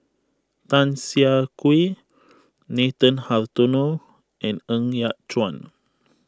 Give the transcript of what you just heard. Tan Siah Kwee Nathan Hartono and Ng Yat Chuan